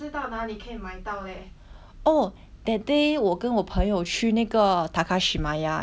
oh that day 我跟我朋友去那个 takashimaya you know takashimaya 他的